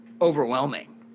overwhelming